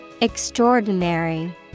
Extraordinary